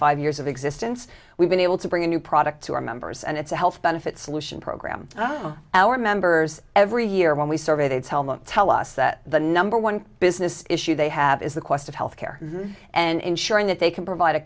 five years of existence we've been able to bring a new product to our members and it's a health benefits aleutian program our members every year when we surveyed tell them tell us that the number one business issue they have is the cost of health care and ensuring that they can provide a